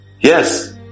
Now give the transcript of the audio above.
Yes